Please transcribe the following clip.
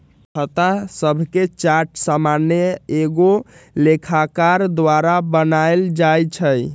खता शभके चार्ट सामान्य एगो लेखाकार द्वारा बनायल जाइ छइ